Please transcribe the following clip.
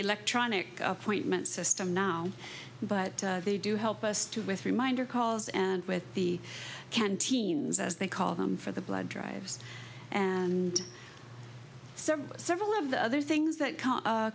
electronic appointment system now but they do help us to with reminder calls and with the canteens as they call them for the blood drives and several of the other things that